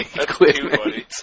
Equipment